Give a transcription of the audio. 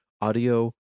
Audio